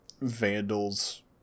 vandals